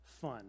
fun